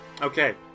Okay